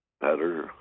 better